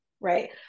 right